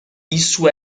isso